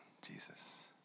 Jesus